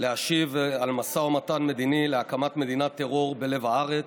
להשיב על משא ומתן מדיני להקמת מדינת טרור בלב הארץ.